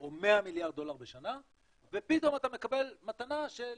או 100 מיליארד דולר בשנה ופתאום אתה מקבל מתנה של